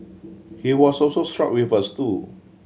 he was also struck with a stool